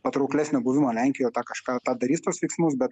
patrauklesnio buvimo lenkijoj tą kažką tą darys tuos veiksmus bet